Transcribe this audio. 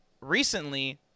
Recently